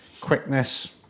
quickness